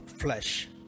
flesh